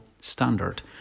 standard